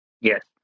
Yes